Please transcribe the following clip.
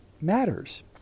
matters